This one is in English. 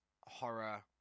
horror